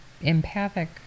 empathic